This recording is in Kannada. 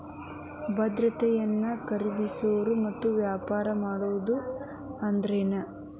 ಭದ್ರತೆಗಳನ್ನ ಖರೇದಿಸೋದು ಮತ್ತ ವ್ಯಾಪಾರ ಮಾಡೋದ್ ಅಂದ್ರೆನ